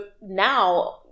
now